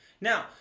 Now